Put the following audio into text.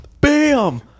Bam